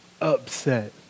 upset